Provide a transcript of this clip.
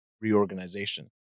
reorganization